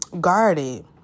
guarded